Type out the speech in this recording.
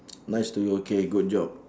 nice to you okay good job